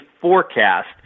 forecast